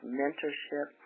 mentorship